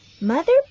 Mother